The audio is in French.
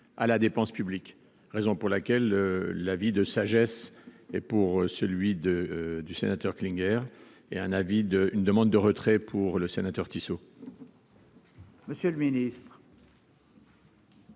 à la dépense publique, raison pour laquelle l'avis de sagesse et pour celui de du sénateur Klinger et un avis d'une demande de retrait pour le sénateur Tissot.